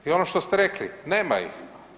I ono što ste rekli, nema ih.